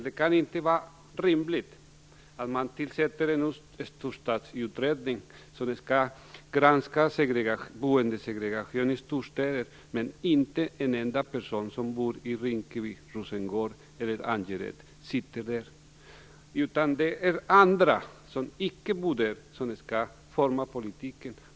Det kan inte vara rimligt att tillsätta en storstadsutredning som skall granska boendesegregationen i storstäderna utan att en enda person som bor i Rinkeby, Rosengård eller Angered är med. Andra, som icke bor där, skall forma politiken.